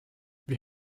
wir